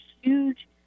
huge